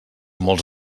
molts